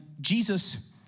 Jesus